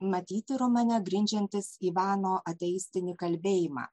matyti romane grindžiantis ivano ateistinį kalbėjimą